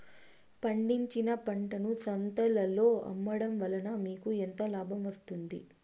పండించిన పంటను సంతలలో అమ్మడం వలన మీకు ఎంత లాభం వస్తుంది?